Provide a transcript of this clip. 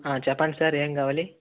చెప్పండి సార్ ఏమి కావాలి